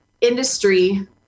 industry